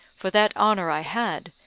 for that honour i had,